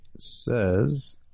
says